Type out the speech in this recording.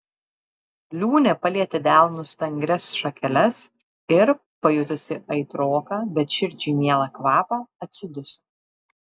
liūnė palietė delnu stangrias šakeles ir pajutusi aitroką bet širdžiai mielą kvapą atsiduso